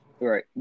Right